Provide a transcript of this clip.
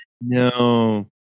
No